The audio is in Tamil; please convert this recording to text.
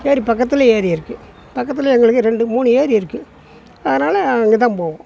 ஏரி பக்கத்தில் ஏரி இருக்குது பக்கத்தில் எங்களுக்கு ரெண்டு மூணு ஏரி இருக்குது அதனால் அங்கே தான் போவோம்